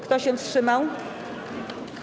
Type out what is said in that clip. Kto się wstrzymał?